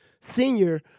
senior